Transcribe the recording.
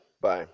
Bye